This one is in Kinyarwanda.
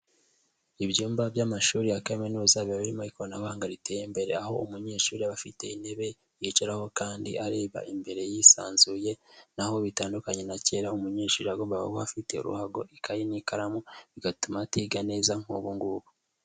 Ibyumba by'amashuri ya kaminuza biba birimo ikoranabuhanga riteye imbere, aho umunyeshuri afite intebe yicaraho kandi areba imbere yisanzuye, naho bitandukanye na kera, umunyeshuri agombaga kuba afite ruhago, ikaye n'ikaramu, bigatuma atiga neza nk'ubu ngubu.